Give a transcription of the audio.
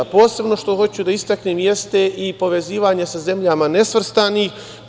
Posebno što hoću da istaknem jeste i povezivanje sa zemljama nesvrstanih.